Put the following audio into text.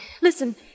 Listen